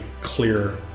clear